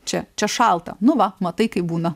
čia čia šalta nu va matai kaip būna